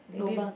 lobang